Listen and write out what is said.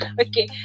Okay